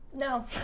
No